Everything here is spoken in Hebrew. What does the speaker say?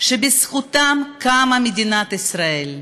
שבזכותם קמה מדינת ישראל,